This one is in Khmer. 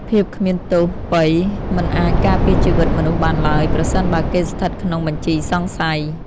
ភាពគ្មានទោសពៃរ៍មិនអាចការពារជីវិតមនុស្សបានឡើយ ប្រសិនបើគេស្ថិតក្នុងបញ្ជីសង្ស័យ។